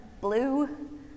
blue